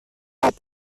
بعد